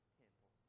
temple